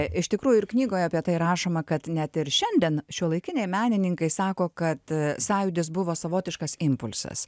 iš tikrųjų ir knygoje apie tai rašoma kad net ir šiandien šiuolaikiniai menininkai sako kad sąjūdis buvo savotiškas impulsas